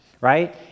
right